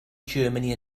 germany